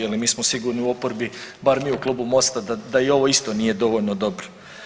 Je li mi smo sigurni u oporbi, bar mi u Klubu Mosta da ovo isto nije dovoljno dobro.